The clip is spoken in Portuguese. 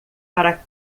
para